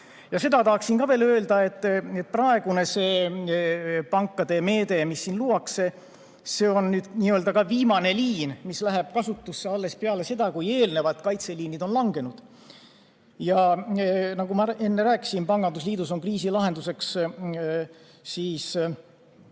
Seda tahaksin ka veel öelda, et praegune pankade meede, mis luuakse, on nüüd nii-öelda viimane liin, mis läheb kasutusse alles peale seda, kui eelnevad kaitseliinid on langenud. Nagu ma enne rääkisin, pangandusliidus on kriisilahenduseks loodud